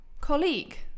colleague